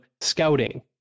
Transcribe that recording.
scouting